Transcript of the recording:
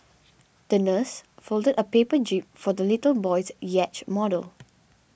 the nurse folded a paper jib for the little boy's yacht model